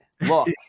Look